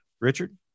richard